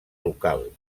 local